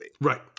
right